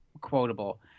quotable